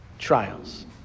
trials